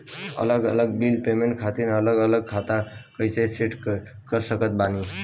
अलग अलग bill payment खातिर अलग अलग खाता कइसे सेट कर सकत बानी?